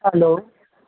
hello